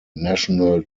national